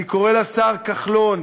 אני קורא לשרים כחלון,